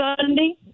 Sunday